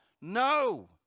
No